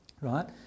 Right